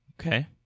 Okay